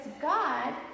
God